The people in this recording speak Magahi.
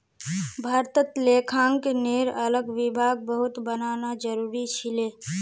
भारतत लेखांकनेर अलग विभाग बहुत बनाना जरूरी छिले